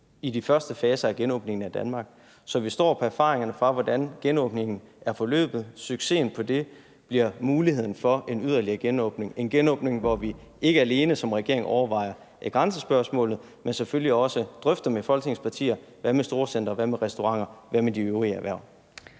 i de første faser af genåbningen af Danmark, så vi står på erfaringerne fra, hvordan genåbningen er forløbet, og succesen med det bliver muligheden for en yderligere genåbning. En genåbning, hvor vi ikke alene som regering overvejer grænsespørgsmålet, men selvfølgelig også drøfter med Folketingets partier, hvad vi skal gøre med hensyn til storcentre, restauranter og de øvrige erhverv.